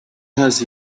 has